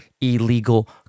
Illegal